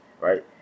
right